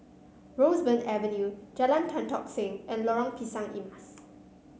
Roseburn Avenue Jalan Tan Tock Seng and Lorong Pisang Emas